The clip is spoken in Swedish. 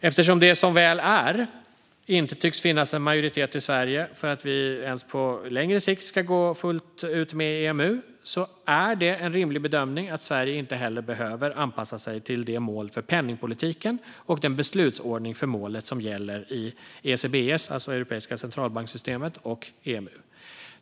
Eftersom det, som väl är, inte tycks finnas en majoritet i Sverige för att vi i Sverige ens på längre sikt ska gå med fullt ut i EMU är det en rimlig bedömning att Sverige inte heller behöver anpassa sig till det mål för penningpolitiken och den beslutsordning för målet som gäller i ECBS, alltså det europeiska centralbankssystemet, och EMU.